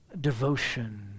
devotion